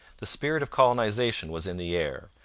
the spirit of colonization was in the air,